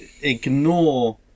ignore